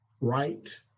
right